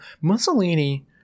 Mussolini